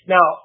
Now